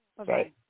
okay